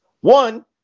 One